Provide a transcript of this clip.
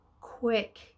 quick